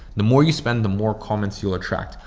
the more you spend, the more comments you'll attract.